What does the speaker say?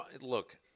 look –